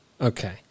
Okay